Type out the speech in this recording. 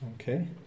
Okay